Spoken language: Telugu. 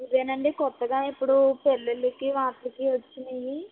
ఇదేనండి కొత్తగా ఇప్పుడు పెళ్ళిళ్ళకి వాటిలికి వచ్చాయి